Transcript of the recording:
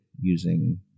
using